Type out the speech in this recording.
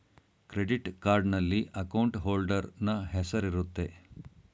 credit ಕಾರ್ಡ್ನಲ್ಲಿ account holder ನ ಹೆಸರಿರುತ್ತೆ